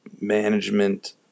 management